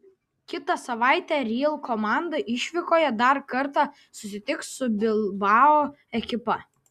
kitą savaitę real komanda išvykoje dar kartą susitiks su bilbao ekipa